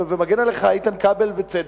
ומגן עליך איתן כבל בצדק,